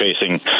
facing